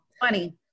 funny